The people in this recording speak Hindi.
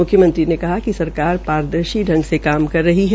मुख्यमंत्री ने कहा कि सरकार पारदर्शी ांग से काम कर रही है